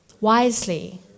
wisely